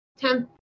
ten